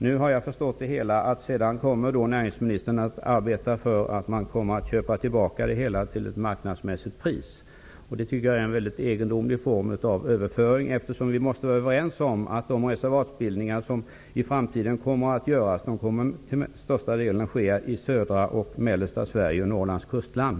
Jag har förstått att näringsministern sedan kommer att arbeta för att det köps tillbaka till ett marknadsmässigt pris. Det tycker jag är en mycket egendomlig form av överföring. Vi måste vara överens om att de reservatsbildningar som kommer att göras i framtiden till största delen kommer att göras i södra och mellersta Sverige och i Norrlands kustland.